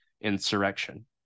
insurrection